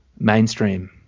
mainstream